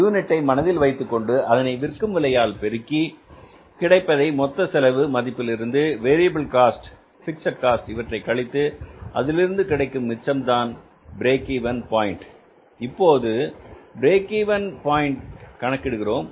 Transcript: யூனிட்டை மனதில் வைத்துக்கொண்டு அதனை விற்கும் விலையால் பெருக்கி கிடைப்பதை மொத்த செலவு மதிப்பிலிருந்து வேரியபில் காஸ்ட் பிக்ஸட் காஸ்ட் இவற்றை கழித்து அதிலிருந்து கிடைக்கும் மிச்சம் தான் பிரேக் இவென் பாயின்ட் இப்போது பிரேக் இவென் பாயின்ட் கணக்கிடுகிறோம்